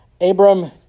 Abram